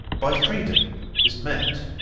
by freedom is meant,